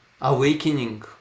awakening